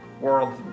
world